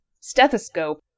stethoscope